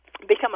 Become